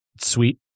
sweet